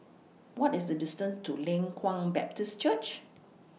What IS The distance to Leng Kwang Baptist Church